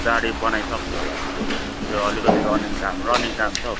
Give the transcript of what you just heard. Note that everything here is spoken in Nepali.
गाडी बनाइसक्छु होला त्यतिबेलासम्म त्यो अलिकति रनिङ काम रनिङ काम छ हौ